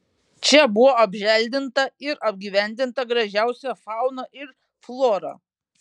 čia buvo apželdinta ir apgyvendinta gražiausia fauna ir flora